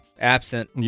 absent